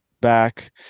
back